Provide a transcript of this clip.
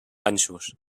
ganxos